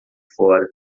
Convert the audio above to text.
fora